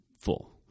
full